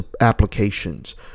applications